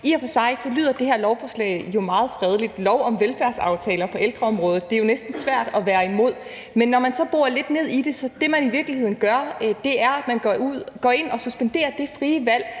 I og for sig lyder det her lovforslag jo meget fredeligt: Lov om velfærdsaftaler på ældreområdet. Det er jo næsten svært at være imod, men når vi så borer lidt ned i det, viser det sig, at det, man i virkeligheden gør, er, at man går ind og suspenderer det frie valg,